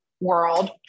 world